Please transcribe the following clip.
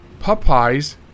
Popeyes